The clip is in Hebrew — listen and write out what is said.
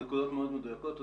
הנקודות מאוד מדויקות.